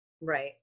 Right